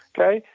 okay.